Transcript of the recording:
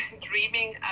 dreaming